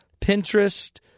Pinterest